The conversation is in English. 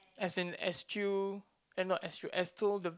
as in excuse and not as you as told the